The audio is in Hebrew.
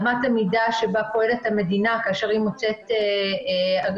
אמת המידה שבה פועלת המדינה כשהיא מוצאת מתן